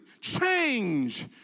change